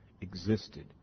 existed